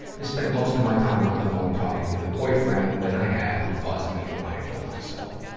i spent most of my time on the phone, talking to the boyfriend that i had who caused me to wanna kill myself.